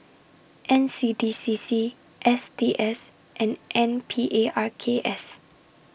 N C D C C S T S and N P A R K S